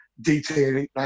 Detailing